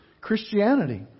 Christianity